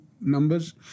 numbers